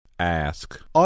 Ask